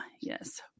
Yes